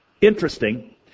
Interesting